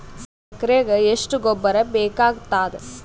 ಎಕರೆಗ ಎಷ್ಟು ಗೊಬ್ಬರ ಬೇಕಾಗತಾದ?